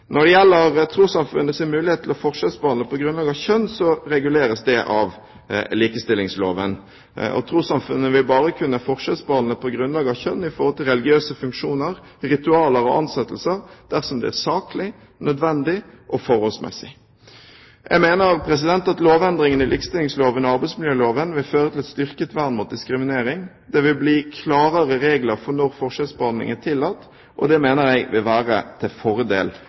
Når det gjelder trossamfunnenes mulighet til å forskjellsbehandle på grunnlag av kjønn, reguleres dette av likestillingsloven. Trossamfunnene vil bare kunne forskjellsbehandle på grunnlag av kjønn i forhold til religiøse funksjoner, ritualer og ansettelser dersom det er saklig, nødvendig og forholdsmessig. Jeg mener at lovendringene i likestillingsloven og arbeidsmiljøloven vil føre til et styrket vern mot diskriminering. Det vil bli klarere regler for når forskjellsbehandling er tillatt, og det mener jeg vil være til fordel